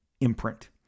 imprint